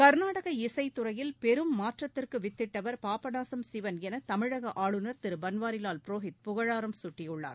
கர்நாடக இசைத் துறையில் பெரும் மாற்றத்திற்கு வித்திட்டவர் பாபநாசம் சிவன் என தமிழக ஆளுநர் திரு பன்வாரிவால் புரோஹித் புகழாரம் சூட்டியுள்ளார்